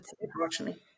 unfortunately